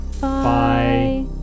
Bye